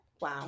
Wow